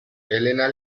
elena